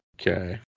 Okay